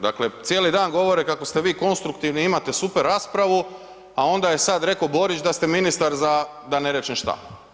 Dakle cijeli dan govore kako ste vi konstruktivni i imate super raspravu a onda je sad rekao borić da ste ministar za, da ne rečem šta.